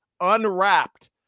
unwrapped